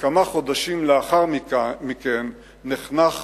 וכמה חודשים לאחר מכן נחנך